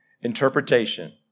Interpretation